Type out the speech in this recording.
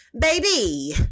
baby